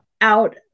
out